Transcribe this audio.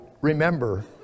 remember